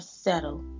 Settle